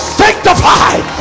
sanctified